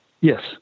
Yes